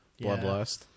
Bloodlust